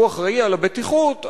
שהוא אחראי לבטיחות,